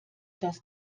das